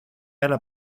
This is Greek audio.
άλλα